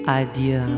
adieu